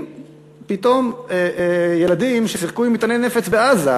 ופתאום מביאים ילדים ששיחקו עם מטעני נפץ בעזה.